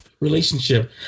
Relationship